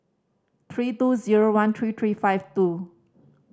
three two zero one three three five two